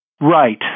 Right